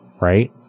right